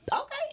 Okay